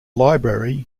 library